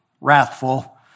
wrathful